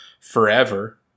forever